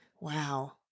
Wow